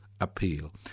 Appeal